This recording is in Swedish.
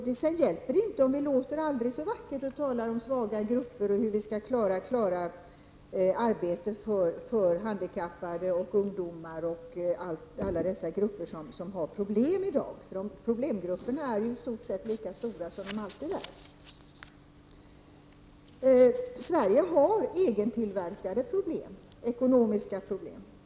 Det hjälper inte att vi sedan talar aldrig så vackert om svaga grupper och hur vi skall skapa arbete för handikappade och ungdomar och för alla dessa grupper som har problem i dag. Problemgrupperna är i dag i stort sett lika stora som de alltid har varit. Vi har i Sverige egentillverkade ekonomiska problem.